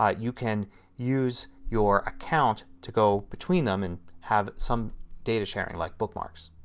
ah you can use your account to go between them and have some data sharing like bookmarks.